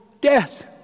death